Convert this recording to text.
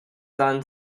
son